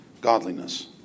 godliness